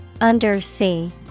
Undersea